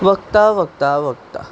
वखदां वखदां वखदां